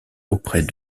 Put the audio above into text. auprès